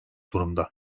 durumda